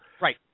Right